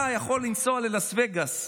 אתה יכול לנסוע ללאס וגאס,